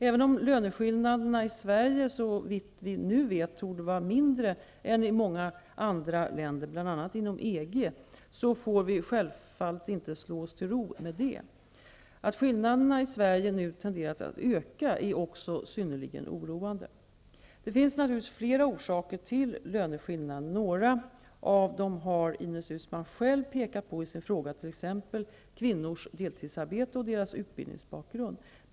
Även om löneskillnaderna i Sverige, såvitt vi nu vet, torde vara mindre än i många andra länder, bl.a. inom EG, får vi självfallet inte slå oss till ro med det. Att skillnaderna i Sverige nu tenderar att öka är också synnerligen oroande. Det finns naturligtvis flera orsaker till löneskillnaderna. Några av dem har Ines Uusmann själv pekat på i sin fråga, t.ex. kvinnors deltidsarbete och deras utbildningsbakgrund.